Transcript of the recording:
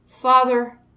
Father